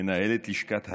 מנהלת לשכת היו"ר,